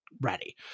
ready